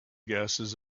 gases